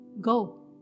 Go